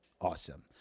awesome